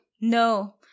no